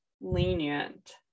lenient